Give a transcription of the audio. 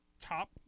top